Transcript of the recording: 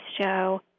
show